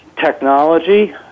technology